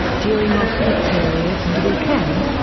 during off-peak periods and weekends,